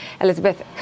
Elizabeth